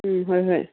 ꯎꯝ ꯍꯣꯏ ꯍꯣꯏ